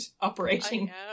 operating